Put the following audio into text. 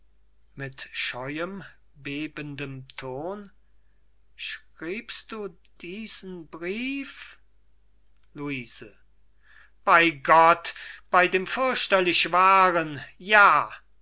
mit scheuem bebendem ton schriebst du diesen brief luise bei gott bei dem fürchterlich wahren ja